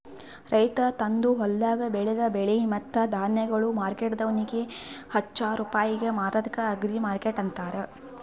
ರೈತ ತಂದು ಹೊಲ್ದಾಗ್ ಬೆಳದ ಬೆಳೆ ಮತ್ತ ಧಾನ್ಯಗೊಳ್ ಮಾರ್ಕೆಟ್ದವನಿಗ್ ಹಚ್ಚಾ ರೂಪಾಯಿಗ್ ಮಾರದ್ಕ ಅಗ್ರಿಮಾರ್ಕೆಟ್ ಅಂತಾರ